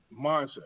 mindset